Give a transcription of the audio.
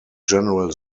general